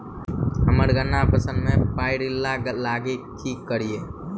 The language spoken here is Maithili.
हम्मर गन्ना फसल मे पायरिल्ला लागि की करियै?